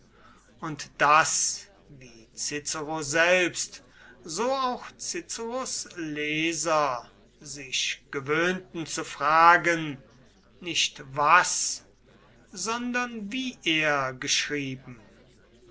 und daß wie cicero selbst so auch ciceros leser sich gewöhnten zu fragen nicht was sondern wie er geschrieben